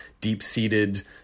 deep-seated